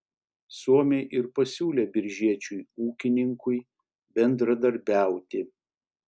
suomiai ir pasiūlė biržiečiui ūkininkui bendradarbiauti